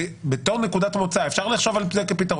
בתור נקודת מוצא אפשר לחשוב על פתרון